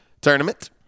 tournament